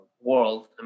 world